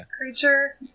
Creature